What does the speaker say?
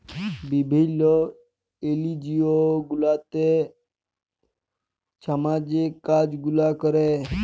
বিভিল্ল্য এলজিও গুলাতে ছামাজিক কাজ গুলা ক্যরে